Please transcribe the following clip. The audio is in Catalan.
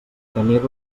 tenir